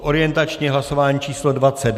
Orientační hlasování číslo 22.